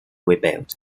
rebuilt